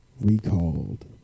recalled